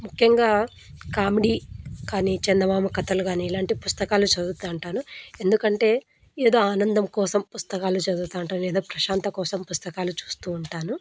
ముఖ్యంగా కామెడీ కానీ చందమామ కథలు కానీ ఇలాంటి పుస్తకాలు చదువుతూ ఉంటాను ఎందుకంటే ఏదో ఆనందం కోసం పుస్తకాలు చదువుతూ ఉంటాను ఏదో ప్రశాంత కోసం పుస్తకాలు చూస్తూ ఉంటాను